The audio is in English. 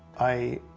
i